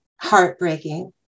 heartbreaking